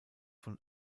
von